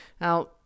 Now